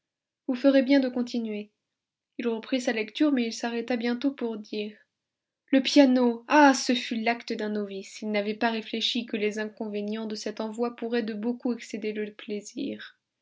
vous ferez bien de continuer il reprit sa lecture mais il s'arrêta bientôt pour dire le piano ah ce fut l'acte d'un novice il n'avait pas réfléchi que les inconvénients de cet envoi pourraient de beaucoup excéder le plaisir